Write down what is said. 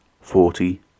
forty